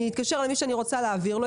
אני אתקשר למי שאני רוצה להעביר לו את